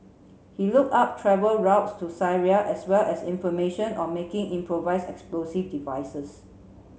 he look up travel routes to Syria as well as information on making improvise explosive devices